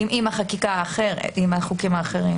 עם החקיקה האחרת, עם החוקים האחרים.